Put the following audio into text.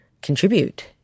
contribute